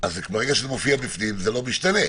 אז זה מופיע בפנים וזה לא משתנה.